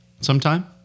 Sometime